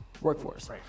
workforce